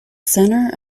centre